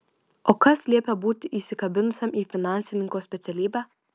o kas liepia būti įsikabinusiam į finansininko specialybę